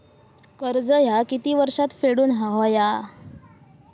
कर्ज ह्या किती वर्षात फेडून हव्या?